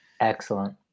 excellent